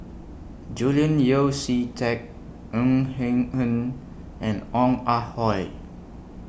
Julian Yeo See Teck Ng Him Hen and Ong Ah Hoi